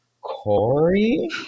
corey